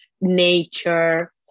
nature